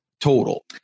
total